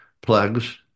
plugs